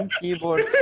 keyboard